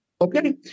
Okay